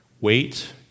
Wait